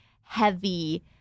heavy